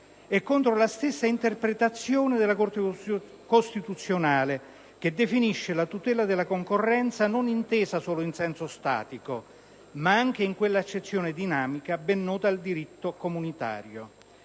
e contro la stessa interpretazione della Corte costituzionale, che definisce la tutela della concorrenza non solo in senso statico, ma anche in quella accezione dinamica ben nota al diritto comunitario.